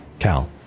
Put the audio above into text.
Cal